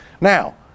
Now